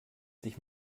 sich